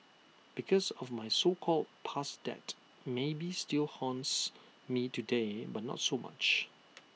because of my so called past debt maybe still haunts me today but not so much